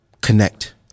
connect